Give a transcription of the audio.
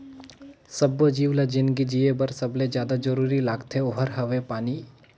सब्बो जीव ल जिनगी जिए बर सबले जादा जरूरी लागथे ओहार हवे पानी